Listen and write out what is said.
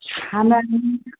हमे